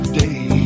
day